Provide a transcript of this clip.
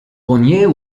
bonnier